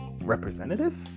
representative